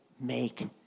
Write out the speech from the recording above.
make